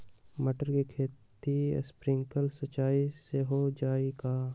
मटर के खेती स्प्रिंकलर सिंचाई से हो जाई का?